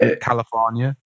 California